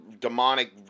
demonic